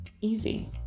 easy